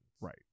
Right